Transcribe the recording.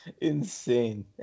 Insane